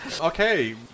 Okay